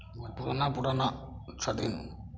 जे पुराना पुराना छथिन